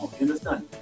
understand